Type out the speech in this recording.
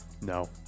no